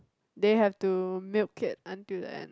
they have to milk it until the end